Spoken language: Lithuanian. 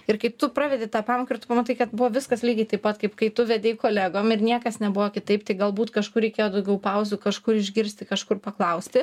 ir kaip tu pravedi tą pamoką ir tu pamatai kad buvo viskas lygiai taip pat kaip kai tu vedei kolegom ir niekas nebuvo kitaip tai galbūt kažkur reikėjo daugiau pauzių kažkur išgirsti kažkur paklausti